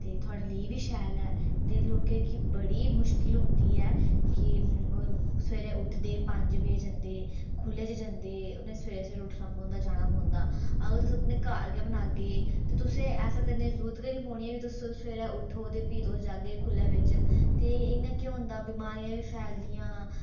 ते थुआढ़े लेई एह्बी शैल ऐ ते लोकें गी बड़ी मुश्कल होंदी ऐ की सवेरे उठदे पंज बजे जंदे खु'ल्ले च जंदे उ'नें सवेरे सवेरे उठना पौंदा जाना पौंदा अगर तुस अपने घर गै बनागे ते तुसें ऐसा करने दी जरूरत गै नेईं पौनी की तुस सवेरे उट्ठो ते प्ही तुस जाह्गे ते इं'या केह् होंदा बमारियां बी फैल दियां